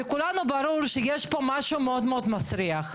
לכולנו ברור שיש פה משהו מאוד מאוד מסריח.